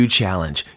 challenge